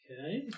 Okay